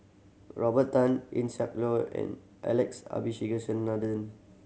Robert Tan Eng Siak Loy and Alex